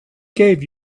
gave